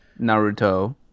Naruto